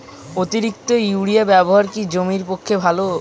অতিরিক্ত ইউরিয়া ব্যবহার কি জমির পক্ষে ভালো?